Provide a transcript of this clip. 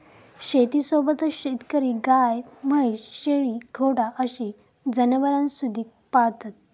शेतीसोबतच शेतकरी गाय, म्हैस, शेळी, घोडा अशी जनावरांसुधिक पाळतत